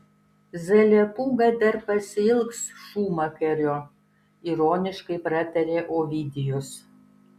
zalepūga dar pasiilgs šūmakario ironiškai pratarė ovidijus